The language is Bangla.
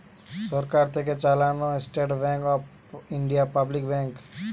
সরকার থেকে চালানো State Bank of India public bank